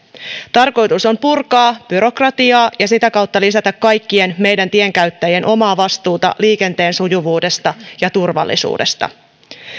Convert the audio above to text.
tarkoitus on purkaa byrokratiaa ja sitä kautta lisätä kaikkien meidän tienkäyttäjien omaa vastuuta liikenteen sujuvuudesta ja turvallisuudesta